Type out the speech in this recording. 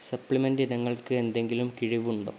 supplement ഇനങ്ങൾക്ക് എന്തെങ്കിലും കിഴിവ് ഉണ്ടോ